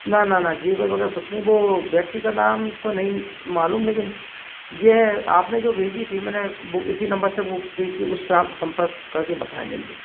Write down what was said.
ना ना ना जेवर वगैरह कुछ नहीं वो व्यक्ति का नाम तो नहीं मालूम लेकिन जे है आपने जो भेजी थी मैंने इसी नंबर से बुक की थी उसपे आप संपर्क करके बताएँ जल्दी